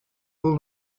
all